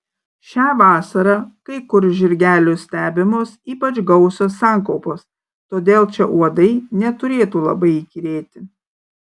šią vasarą kai kur žirgelių stebimos ypač gausios sankaupos todėl čia uodai neturėtų labai įkyrėti